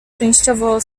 częściowo